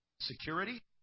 security